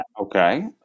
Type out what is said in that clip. Okay